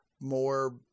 more